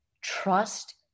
Trust